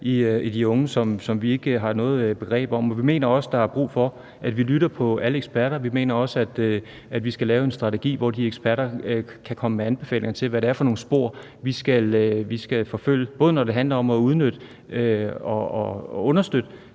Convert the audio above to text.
på en måde, som vi ikke har noget begreb om. Vi mener også, at der er brug for, at vi lytter til alle eksperter, og vi mener også, at vi skal lave en strategi, hvor de eksperter kan komme med anbefalinger til, hvad det er for nogle spor, vi skal forfølge, både når det handler om at udnytte og understøtte